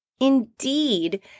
indeed